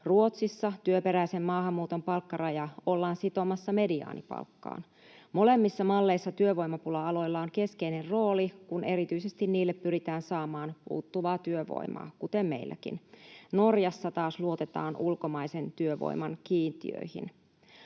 Ruotsissa työperäisen maahanmuuton palkkaraja ollaan sitomassa mediaanipalkkaan. Molemmissa malleissa työvoimapula-aloilla on keskeinen rooli, kun erityisesti niille pyritään saamaan puuttuvaa työvoimaa, kuten meilläkin. Norjassa taas luotetaan ulkomaisen työvoiman kiintiöihin.